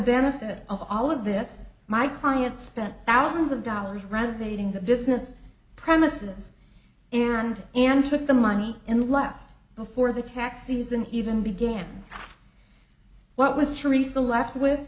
benefit of all of this my client spent thousands of dollars renovating the business premises and and took the money and left before the tax season even began what was to resell left with